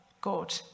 God